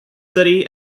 city